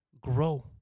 grow